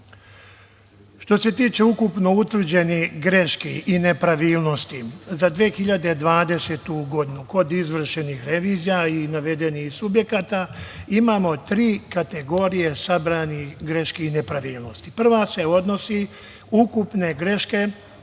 se tiče ukupno utvrđenih greški i nepravilnosti za 2020. godinu kod izvršenih revizija i navedenih subjekata, imamo tri kategorije sabranih greški i nepravilnosti. Prva se odnosi, ukupne greške